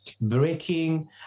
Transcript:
breaking